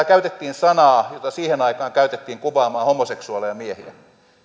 käytettiin sanaa jota siihen aikaan käytettiin kuvaamaan homoseksuaaleja miehiä